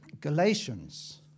Galatians